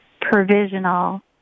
provisional